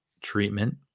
treatment